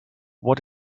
what